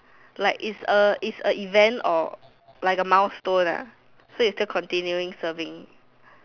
like is a is a event or like a milestone lah so you still continuing serving